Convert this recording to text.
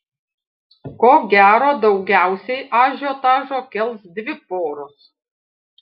ko gero daugiausiai ažiotažo kels dvi poros